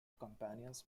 companions